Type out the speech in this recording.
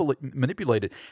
manipulated